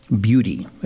beauty